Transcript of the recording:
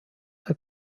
der